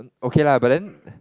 okay la but then